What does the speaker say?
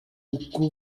uku